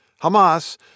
Hamas